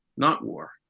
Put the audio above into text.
not war,